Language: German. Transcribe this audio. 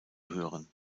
hören